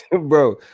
bro